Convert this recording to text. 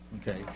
Okay